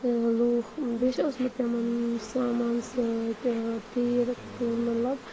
لوٗکھ بیٚیہِ چھِ اوسمُت تِمَن سامان سۭتۍ تیٖر مطلب